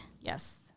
Yes